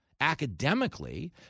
academically